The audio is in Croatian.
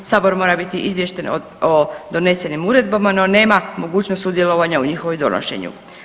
Sabor mora biti izvješten o donesenim uredbama, no nema mogućnost sudjelovanja u njihovom donošenju.